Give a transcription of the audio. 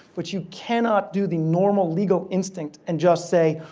which you cannot do the normal legal instinct and just say,